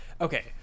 Okay